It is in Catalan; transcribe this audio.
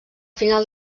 final